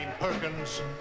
Perkins